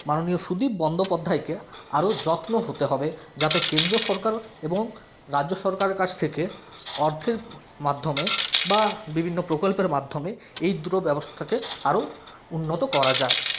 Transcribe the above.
মাননীয় সুদীপ বন্দ্যোপাধ্যায়কে আরও যত্ন হতে হবে যাতে কেন্দ্র সরকার এবং রাজ্য সরকারের কাছ থেকে অর্থের মাধ্যমে বা বিভিন্ন প্রকল্পের মাধ্যমে এই দুটো ব্যবস্থাকে আরও উন্নত করা যায়